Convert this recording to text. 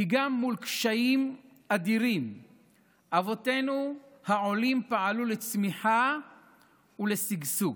כי גם מול קשיים אדירים אבותינו העולים פעלו לצמיחה ולשגשוג.